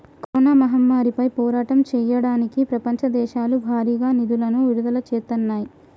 corona మహమ్మారిపై పోరాటం చెయ్యడానికి ప్రపంచ దేశాలు భారీగా నిధులను విడుదల చేత్తన్నాయి